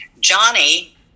Johnny